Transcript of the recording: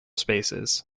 spaces